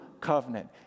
Covenant